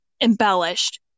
embellished